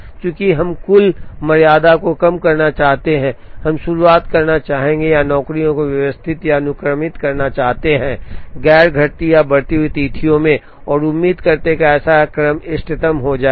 चूँकि हम कुल मर्यादा को कम करना चाहते हैं हम शुरुआत करना चाहेंगे या नौकरियों को व्यवस्थित या अनुक्रमित करना चाहते हैं गैर घटती या बढ़ती हुई तिथियों में और उम्मीद करते हैं कि ऐसा क्रम इष्टतम हो जाएगा